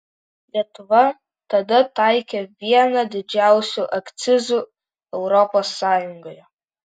lietuva tada taikė vieną didžiausių akcizų europos sąjungoje